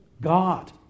God